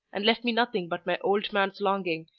and left me nothing but my old man's longing,